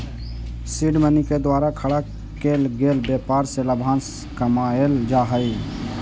seed money के द्वारा खड़ा केल गेल व्यापार से लाभांश कमाएल जा हई